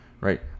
right